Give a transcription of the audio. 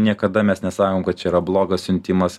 niekada mes nesakom kad čia yra blogas siuntimas